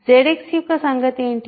ZX యొక్క సంగతి ఏమిటి